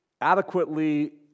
adequately